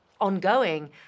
ongoing